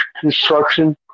construction